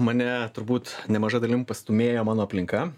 mane turbūt nemaža dalim pastūmėjo mano aplinka